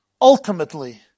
ultimately